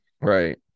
right